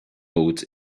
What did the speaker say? built